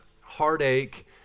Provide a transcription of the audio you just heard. heartache